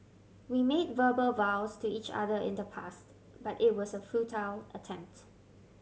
we made verbal vows to each other in the past but it was a futile attempt